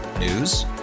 News